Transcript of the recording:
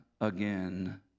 again